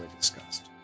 discussed